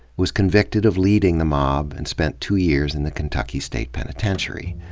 was convicted of leading the mob and spent two years in the kentucky state penitentiary.